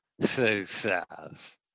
success